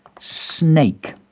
snake